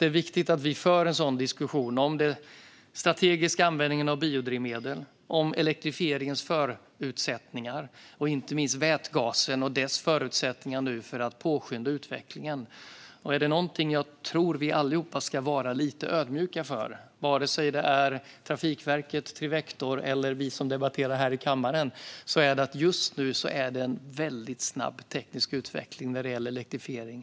Det är viktigt att vi för en sådan diskussion, om strategisk användning av biodrivmedel, om elektrifieringens förutsättningar och inte minst om vätgasen och dess förutsättningar för att påskynda utvecklingen. Jag tror att vi alla, vare sig det är Trafikverket, Trivector eller vi som debatterar här i kammaren, ska vara ödmjuka inför att det just nu är en väldigt snabb teknisk utveckling när det gäller elektrifiering.